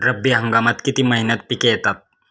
रब्बी हंगामात किती महिन्यांत पिके येतात?